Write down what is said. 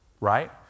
Right